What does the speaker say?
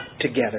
together